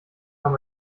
kann